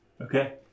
Okay